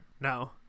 No